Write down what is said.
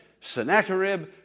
Sennacherib